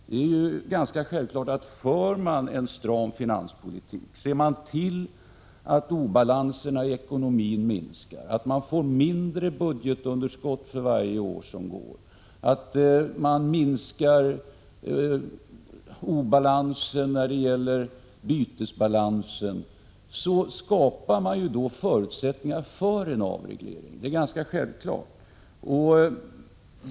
Det är ganska självklart att för man en stram finanspolitik, ser man till att obalanserna i ekonomin minskar, att det blir mindre budgetunderskott för varje år som går och att instabiliteten när det gäller bytesbalansen minskar, så skapas förutsättningar för en avreglering. Jag upprepar att detta är ganska självklart.